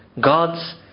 gods